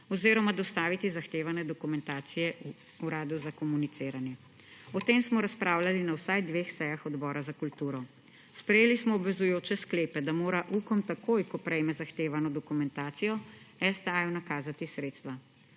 oziroma dostaviti zahtevane dokumentacije Uradu za komuniciranje. O tem smo razpravljali na vsaj dveh sejah Odbora za kulturo. Sprejeli smo obvezujoče sklepe, da mora Ukom takoj, ko prejme zahtevano dokumentacijo, STA-ju nakazati sredstva.